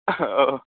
औ